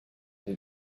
den